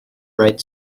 red